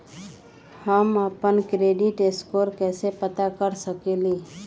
हम अपन credit score कैसे पता कर सकेली?